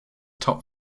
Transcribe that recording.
top